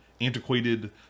antiquated